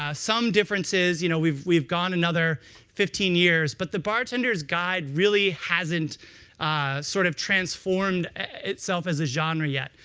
ah some differences you know, we've we've gone another fifteen years. but the bartender's guide really hasn't sort of transformed itself as a genre yet.